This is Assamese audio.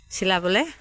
চিলাবলৈ